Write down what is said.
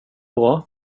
bra